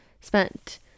spent